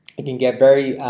it can get very,